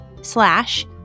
slash